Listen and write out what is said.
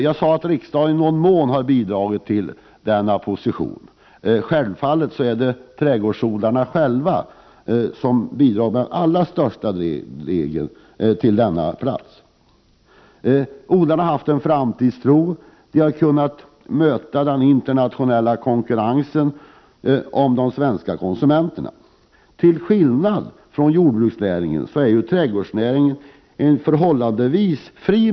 Jag sade att jag hoppas att våra beslut ”i någon mån” bidragit till att trädgårdsnäringen har denna position, men självfallet är det trädgårdsodlarna själva som mest har medverkat till att trädgårdsnäringen har denna ställning. Odlarna har haft framtidstro, och de har kunnat möta den internationella konkurrensen om de svenska konsumenterna. Till skillnad från jordbruksnäringen är marknaden för trädgårdsnäringens produkter relativt fri.